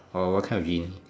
or what kind of genie